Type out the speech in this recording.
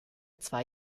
zwei